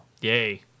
Yay